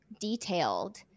detailed